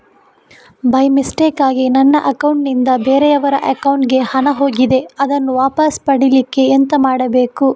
By ಮಿಸ್ಟೇಕಾಗಿ ನನ್ನ account ನಿಂದ ಬೇರೆಯವರ ಅಕೌಂಟ್ ಗೆ ಹಣ ಹೋಗಿದೆ ಅದನ್ನು ವಾಪಸ್ ಪಡಿಲಿಕ್ಕೆ ಎಂತ ಮಾಡಬೇಕು?